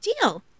deal